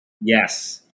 Yes